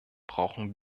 brauchen